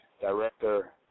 Director